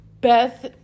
Beth